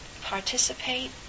participate